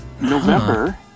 November